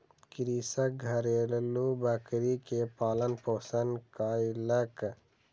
कृषक घरेलु बकरी के पालन पोषण कयलक